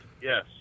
Yes